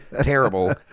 terrible